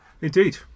Indeed